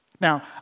now